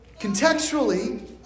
Contextually